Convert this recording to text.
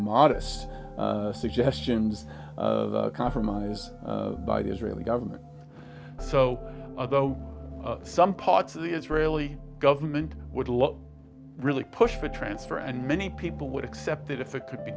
modest suggestions of compromise by the israeli government so although some parts of the israeli government would look really push for a transfer and many people would accept it if it could be